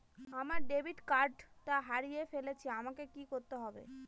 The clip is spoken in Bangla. আমার ডেবিট কার্ডটা হারিয়ে ফেলেছি আমাকে কি করতে হবে?